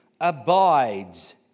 abides